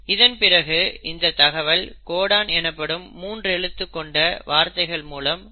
இதன் பிறகு இந்த தகவல் கோடன் எனப்படும் 3 எழுத்து கொண்ட வார்த்தைகள் மூலம் குறிக்கப்படும்